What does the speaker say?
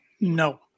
No